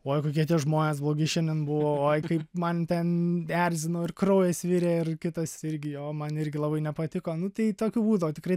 oi kokie tie žmonės blogi šiandien buvo oi kaip man ten erzino ir kraujas virė ir kitas irgi o man irgi labai nepatiko nu tai tokių būdavo tikrai